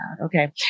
okay